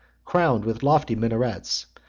crowned with lofty minarets,